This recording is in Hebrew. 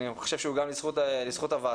אני חושב שהוא גם לזכות הוועדה,